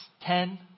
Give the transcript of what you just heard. ten